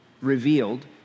revealed